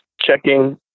checking